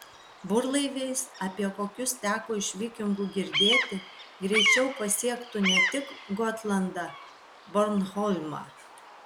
burlaiviais apie kokius teko iš vikingų girdėti greičiau pasiektų ne tik gotlandą bornholmą